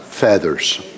Feathers